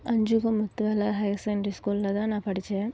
அஞ்சுகம் Muthuvel higher secondary ஸ்கூல்ல தான் நான் படித்தேன்